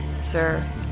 Sir